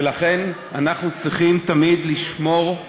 ולכן אנחנו צריכים תמיד לשמור,